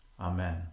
Amen